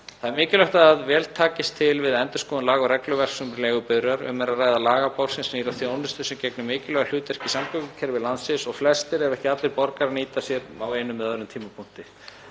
Það er mikilvægt að vel takist til við endurskoðun laga og regluverks um leigubifreiðar. Um er að ræða lagabálk sem snýr að þjónustu sem gegnir mikilvægu hlutverki í samgöngukerfi landsins og flestir ef ekki allir borgarar nýta sér á einum eða öðrum tímapunkti.